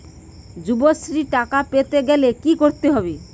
যুবশ্রীর টাকা পেতে গেলে কি করতে হবে?